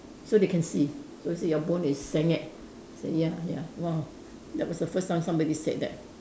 so they can see so they say your bone is senget I said ya ya !wow! that was the first time somebody said that